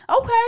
Okay